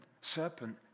serpent